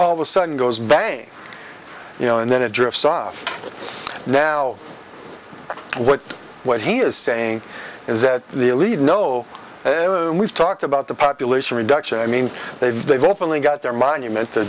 all of a sudden goes bang you know and then it drove stuff now what what he is saying is that the elite know we've talked about the population reduction i mean they've they've openly got their monument